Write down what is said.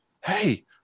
hey